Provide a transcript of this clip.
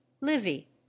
livy